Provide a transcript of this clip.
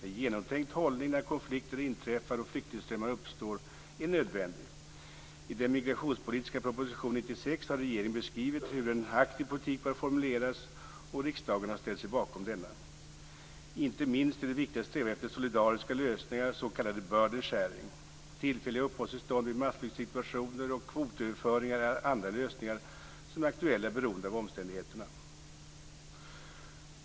En genomtänkt hållning när konflikter inträffar och flyktingströmmar uppstår är nödvändig. I den migrationspolitiska propositionen 1996 har regeringen beskrivit hur en aktiv politik bör formuleras, och riksdagen har ställt sig bakom denna. Inte minst är det viktigt att sträva efter solidariska lösningar, s.k. burdensharing. Tillfälliga uppehållstillstånd vid massflyktssituationer och kvotöverföringar är andra lösningar som är aktuella, beroende av omständigheterna.